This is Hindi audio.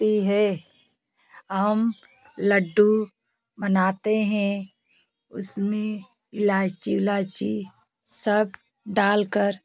ती है और हम लड्डू बनाते हैं उसमें इलाइची उलैची सब डालकर